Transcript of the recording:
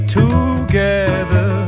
together